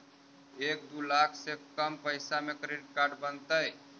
एक दू लाख से कम पैसा में क्रेडिट कार्ड बनतैय?